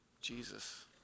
Jesus